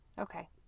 Okay